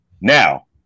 Now